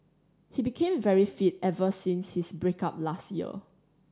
he became very fit ever since his break up last year